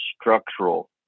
structural